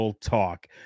talk